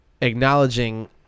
acknowledging